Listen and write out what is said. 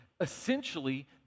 essentially